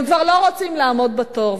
הם כבר לא רוצים לעמוד בתור.